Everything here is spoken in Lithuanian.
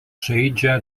žaidžia